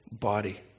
body